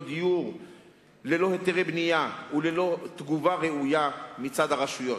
דיור ללא היתרי בנייה וללא תגובה ראויה מצד הרשויות.